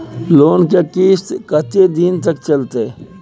Loan के किस्त कत्ते दिन तक चलते?